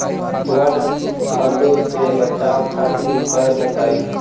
वड फ्लू से बचाव खातिर उपाय बताई?